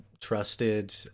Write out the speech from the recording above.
trusted